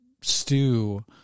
stew